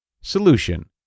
Solution